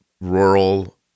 rural